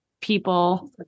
people